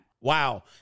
wow